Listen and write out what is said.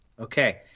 Okay